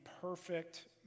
perfect